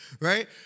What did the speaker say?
right